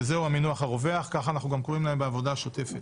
שזהו המינוח הרווח ככה אנחנו גם קוראים להם בעבודה השוטפת.